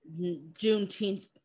Juneteenth